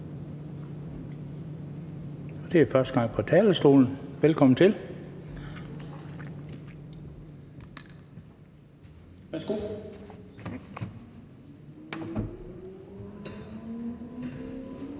det er første gang fra talerstolen. Velkommen til! Værsgo.